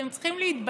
אתם צריכים להתבייש.